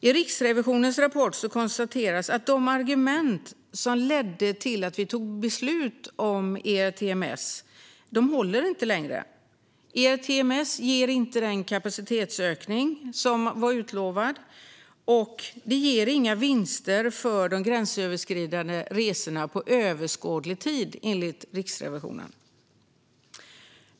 I Riksrevisionens rapport konstateras att de argument som ledde till att vi tog beslut om ERTMS inte längre håller. ERTMS ger inte den utlovade kapacitetsökningen och inga vinster för de gränsöverskridande resorna under överskådlig tid.